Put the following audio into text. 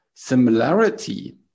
similarity